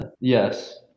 Yes